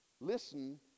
Listen